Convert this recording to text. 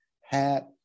hat